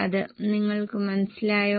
അത് നിങ്ങൾക്ക് മനസ്സിലായോ